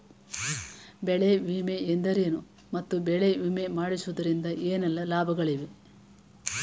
ಬೆಳೆ ವಿಮೆ ಎಂದರೇನು ಮತ್ತು ಬೆಳೆ ವಿಮೆ ಮಾಡಿಸುವುದರಿಂದ ಏನೆಲ್ಲಾ ಲಾಭಗಳಿವೆ?